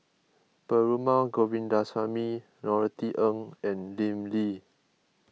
Perumal Govindaswamy Norothy Ng and Lim Lee